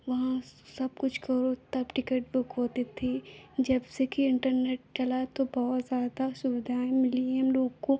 वहाँ सबकुछ करो तब टिकट बुक होता था जबसे कि इन्टरनेट चला है तो बहुत ज़्यादा सुविधाएँ मिली हैं हमलोग को